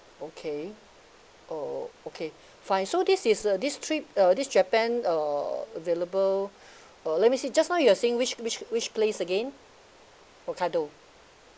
okay oh okay fine so this is uh this trip uh this japan uh available uh let me see just now you're saying which which which place again hokkaido